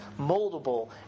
moldable